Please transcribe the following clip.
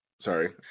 Sorry